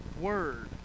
Word